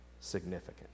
significant